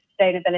sustainability